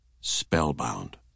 spellbound